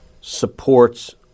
supports